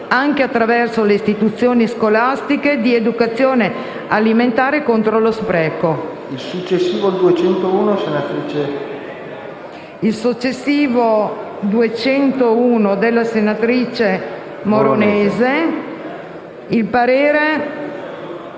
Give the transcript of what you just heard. anche attraverso le istituzioni scolastiche, di educazione alimentare contro lo spreco». Sull'ordine del giorno G9.201 della senatrice Moronese il parere